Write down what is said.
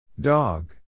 Dog